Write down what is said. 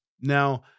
Now